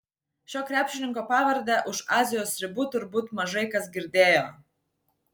šio krepšininko pavardę už azijos ribų turbūt mažai kas girdėjo